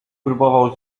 próbował